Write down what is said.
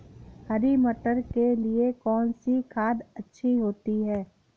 हरी मटर के लिए कौन सी खाद अच्छी होती है?